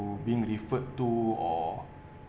being referred to or